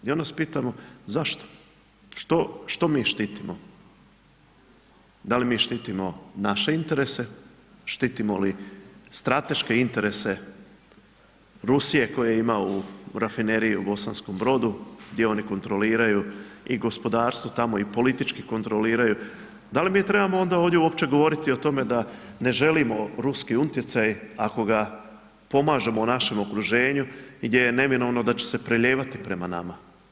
I onda se pitamo zašto, što mi štitimo, da li mi štitimo naše interese, štitimo li strateške interese Rusije koje ima u rafineriji u Bosanskom Brodu gdje oni kontroliraju i gospodarstvo tamo i politički kontroliraju, da li mi trebamo onda ovdje govoriti o tome da ne želimo ruski utjecaj ako ga pomažemo u našem okruženju gdje je neminovno da će se prelijevati prema nama.